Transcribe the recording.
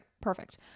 perfect